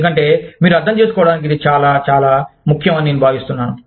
ఎందుకంటేమీరు అర్థం చేసుకోవడానికి ఇది చాలా ముఖ్యం అని నేను భావిస్తున్నాను